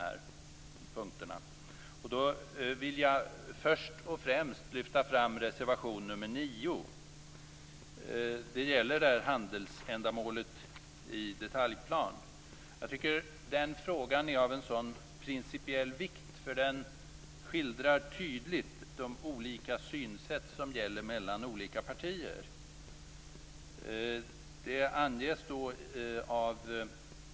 Först och främst vill jag lyfta fram reservation nr 9 om handelsändamålet i detaljplan. Den frågan är av stor principiell vikt, eftersom den tydligt skildrar de olika synsätten i olika partier.